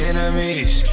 Enemies